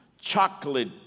chocolate